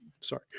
sorry